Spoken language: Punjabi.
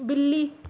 ਬਿੱਲੀ